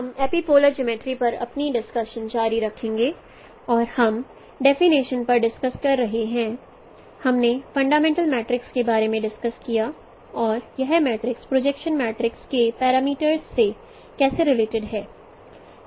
हम epipolar geometry पर अपनी डिस्कशन जारी रखेंगे और हम डेफिनिशन पर डिस्कस कर रहे हैं हमने फंडामेंटल मैट्रिक्स के बारे में डिस्कस किया और यह मैट्रिक्स प्रोजेक्शन मेट्रिसेस के पैरामीटर्स से कैसे रिलेटेड है